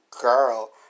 girl